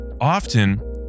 often